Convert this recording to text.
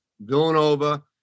Villanova